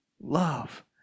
love